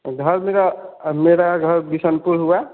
घर मेरा मेरा घर बिसम्पुर हुआ